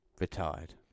retired